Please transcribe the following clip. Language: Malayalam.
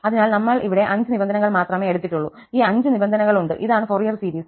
അതിനാൽ നമ്മൾ ഇവിടെ 5 നിബന്ധനകൾ മാത്രമേ എടുത്തിട്ടുള്ളൂ ഈ 5 നിബന്ധനകളുണ്ട് ഇതാണ് ഫോറിയർ സീരീസ്